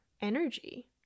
energy